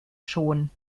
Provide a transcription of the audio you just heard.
schon